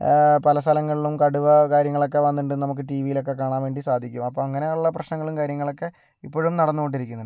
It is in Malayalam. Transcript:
പലസ്ഥലങ്ങളിലും കടുവ കാര്യങ്ങളൊക്കെ വന്നിട്ടുണ്ട് നമുക്ക് ടി വിയിലൊക്കെ കാണാൻ വേണ്ടി സാധിക്കും അപ്പോൾ അങ്ങനെയുള്ള പ്രശ്നങ്ങളും കാര്യങ്ങളൊക്കെ ഇപ്പോഴും നടന്നുകൊണ്ടിരിക്കുന്നുണ്ട്